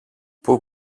που